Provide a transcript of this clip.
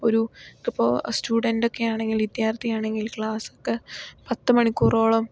ഒരു ഇപ്പോൾ സ്റ്റുഡൻ്റൊക്കെ ആണെങ്കിൽ വിദ്യാർത്ഥിയാണെങ്കിൽ ക്ലാസ്സൊക്കെ പത്തു മണിക്കൂറോളം